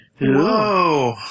Whoa